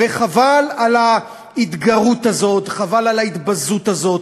חבל על ההתגרות הזאת, חבל על ההתבזות הזאת.